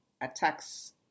attacks